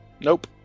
Nope